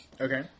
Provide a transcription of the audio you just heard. Okay